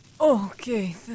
Okay